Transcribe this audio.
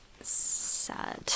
Sad